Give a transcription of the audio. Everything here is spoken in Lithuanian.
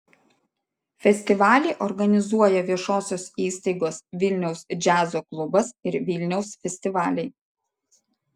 festivalį organizuoja viešosios įstaigos vilniaus džiazo klubas ir vilniaus festivaliai